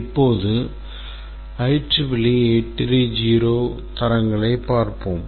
இப்போது IEEE 830 தரங்களைப் பார்ப்போம்